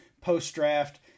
post-draft